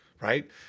right